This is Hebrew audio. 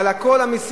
אלא כל המסים,